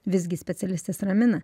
visgi specialistės ramina